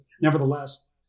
nevertheless